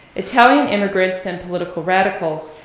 italian immigrants and political radicals,